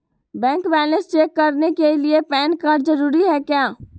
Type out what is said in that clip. Bank balance check करने के लिए पैन कार्ड जरूरी है क्या?